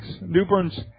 Newburn's